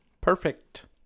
Perfect